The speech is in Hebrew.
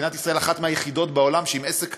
מדינת ישראל היא אחת היחידות בעולם שאם עסק